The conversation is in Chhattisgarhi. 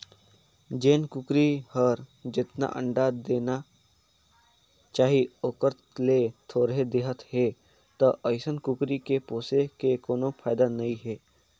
जेन कुकरी हर जेतना अंडा देना चाही ओखर ले थोरहें देहत हे त अइसन कुकरी के पोसे में कोनो फायदा नई हे